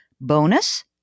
Bonus